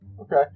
Okay